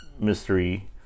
mystery